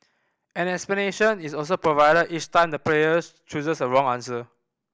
an explanation is also provided each time the player chooses a wrong answer